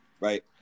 right